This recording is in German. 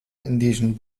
indischen